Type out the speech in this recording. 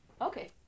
Okay